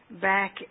back